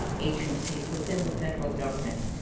ah agencies within the federal government.